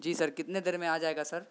جی sir کتنے دیر میں آ جائے گا سر